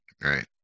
Right